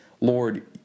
Lord